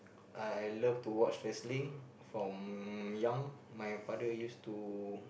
I love to watch wrestling from young my father use to